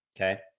okay